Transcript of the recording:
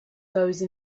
those